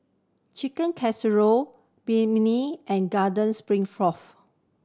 Chicken Casserole Banh Mi and Garden